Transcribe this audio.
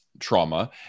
trauma